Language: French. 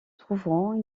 trouveront